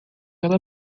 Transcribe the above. ela